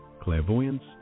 clairvoyance